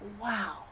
wow